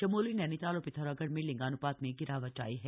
चमोली नैनीताल और पिथौरागढ़ में लिंगानुपात में गिरावट आयी है